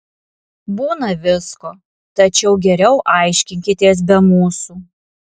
būna visko tačiau geriau aiškinkitės be mūsų